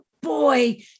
Boy